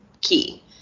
key